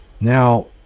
Now